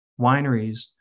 wineries